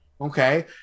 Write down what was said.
okay